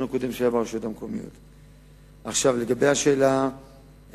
שתושבים נדרשו לשלם לחברות הגבייה על אותה